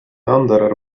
anderer